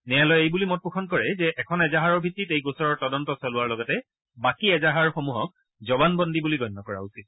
ন্যায়ালয়ে এইবুলি মত পোষণ কৰে যে এখন এজাহাৰৰ ভিত্তিত এই গোচৰৰ তদন্ত চলোৱাৰ লগতে বাকী এজাহাৰসমূহক জৱানবন্দী বুলি গণ্য কৰা উচিত